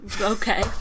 okay